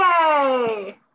Yay